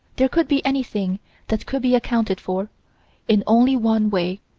there could be anything that could be accounted for in only one way.